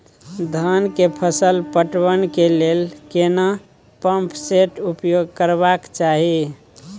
धान के फसल पटवन के लेल केना पंप सेट उपयोग करबाक चाही?